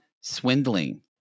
swindling